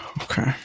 Okay